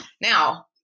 Now